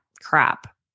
crap